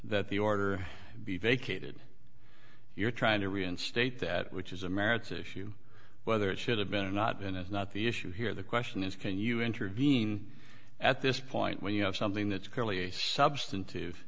that the order be vacated you're trying to reinstate that which is a marriage issue whether it should have been not been is not the issue here the question is can you intervene at this point when you have something that's clearly a substantive